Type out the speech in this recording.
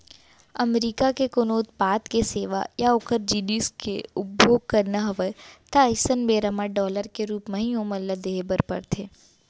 अमरीका के कोनो उत्पाद के सेवा या ओखर जिनिस के उपभोग करना हवय ता अइसन बेरा म डॉलर के रुप म ही ओमन ल देहे बर परथे